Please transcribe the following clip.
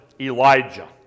Elijah